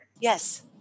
yes